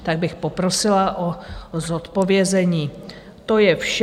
Tak bych poprosila o zodpovězení, to je vše.